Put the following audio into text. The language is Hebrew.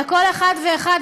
אלא כל אחת ואחד,